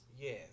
Yes